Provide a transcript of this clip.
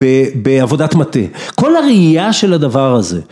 בעבודת מטה כל הראייה של הדבר הזה